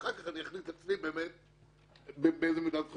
אחר כך אני אחליט בעצמי באיזה מידה זה חשוב.